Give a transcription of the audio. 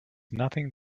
nothing